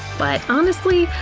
but honestly,